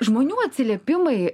žmonių atsiliepimai